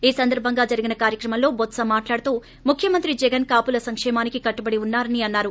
ఈ సందర్భంగా జరిగిన కార్యక్రమంలో బొత్స మాట్లాడుతూ ముఖ్యమంత్రి జగన్ కాపుల సంకేమానికి కట్టుబడి ఉన్నారని అన్నారు